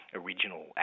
original